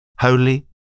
holy